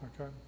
Okay